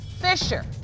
Fisher